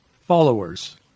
followers